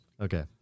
Okay